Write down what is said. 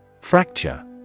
Fracture